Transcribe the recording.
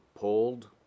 pulled